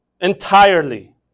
entirely